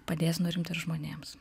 padės nurimt ir žmonėms